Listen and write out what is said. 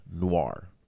noir